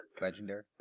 legendary